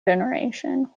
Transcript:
generation